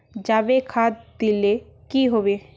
जाबे खाद दिले की होबे?